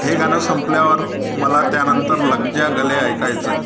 हे गाणं संपल्यावर मला त्यानंतर लग जा गले ऐकायचं आहे